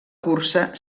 cursa